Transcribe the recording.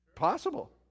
possible